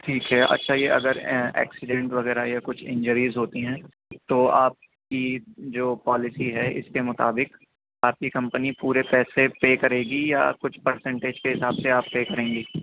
ٹھیک ہے اچھا یہ اگر ایکسیڈینٹ وغیرہ یا کچھ انجریز ہوتی ہیں تو آپ کی جو پالیسی ہے اس کے مطابق آپ کی کمپنی پورے پیسے پے کریے گی یا کچھ پرسینٹیج کے حساب سے آپ پے کریں گے